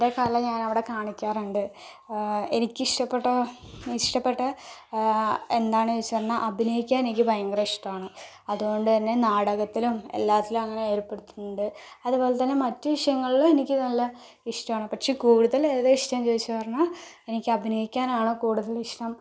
എൻ്റെ കല ഞാൻ അവിടെ കാണിക്കാറുണ്ട് എനിക്കിഷ്ടപ്പെട്ട ഇഷ്ടപ്പെട്ട എന്താണ് ചോദിച്ച് വന്നാൽ അഭിനയിക്കാൻ എനിക്ക് ഭയങ്കര ഇഷ്ടമാണ് അതുകൊണ്ട് തന്നെ നാടകത്തിലും എല്ലാത്തിലും അങ്ങനെ ഏർപ്പെട്ടിട്ടുണ്ട് അതുപോലെ തന്നെ മറ്റു വിഷയങ്ങളിലും എനിക്ക് നല്ല ഇഷ്ടമാണ് പക്ഷേ കൂടുതൽ ഏതാ ഇഷ്ടം എന്ന് ചോദിച്ചു പറഞ്ഞാ എനിക്ക് അഭിനയിക്കാനാണ് കൂടുതൽ ഇഷ്ടം